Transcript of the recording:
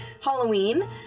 Halloween